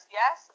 yes